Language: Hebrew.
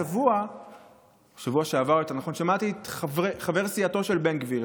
בשבוע שעבר שמעתי את חבר סיעתו של בן גביר,